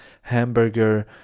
Hamburger